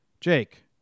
Jake